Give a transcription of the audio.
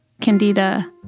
candida